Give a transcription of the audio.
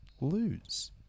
lose